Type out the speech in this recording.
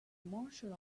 martial